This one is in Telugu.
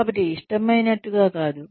కాబట్టి ఇష్టమైనట్టుగా కాదు